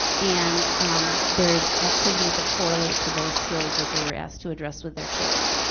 and there's activities that correlate to those skills that they were asked to address with their children